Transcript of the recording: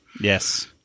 Yes